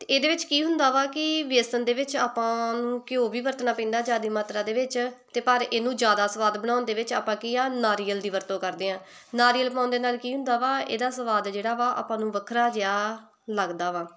ਅਤੇ ਇਹਦੇ ਵਿੱਚ ਕੀ ਹੁੰਦਾ ਵਾ ਕਿ ਬੇਸਨ ਦੇ ਵਿੱਚ ਆਪਾਂ ਨੂੰ ਘਿਓ ਵੀ ਵਰਤਣਾ ਪੈਂਦਾ ਜ਼ਿਆਦਾ ਮਾਤਰਾ ਦੇ ਵਿੱਚ ਅਤੇ ਪਰ ਇਹਨੂੰ ਜ਼ਿਆਦਾ ਸਵਾਦ ਬਣਾਉਣ ਦੇ ਵਿੱਚ ਆਪਾਂ ਕੀ ਆ ਨਾਰੀਅਲ ਦੀ ਵਰਤੋਂ ਕਰਦੇ ਹਾਂ ਨਾਰੀਅਲ ਪਾਉਣ ਦੇ ਨਾਲ ਕੀ ਹੁੰਦਾ ਵਾ ਇਹਦਾ ਸਵਾਦ ਜਿਹੜਾ ਵਾ ਆਪਾਂ ਨੂੰ ਵੱਖਰਾ ਜਿਹਾ ਲੱਗਦਾ ਵਾ